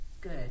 Good